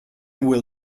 will